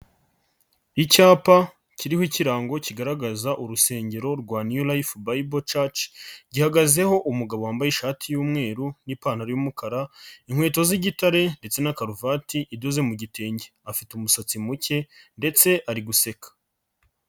Icyapa kiriho ikirango kigaragaza urusengero rwa New Life Bible Church. Gihagazeho, umugabo wambaye ishati y'umweru n'ipantaro y'umukara, inkweto z'igitare, ndetse na karuvati idoze mu gitenge, afite umusatsi muke ndetse ari guseka.